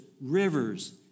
rivers